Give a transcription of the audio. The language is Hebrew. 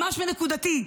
ממש נקודתי,